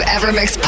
Evermix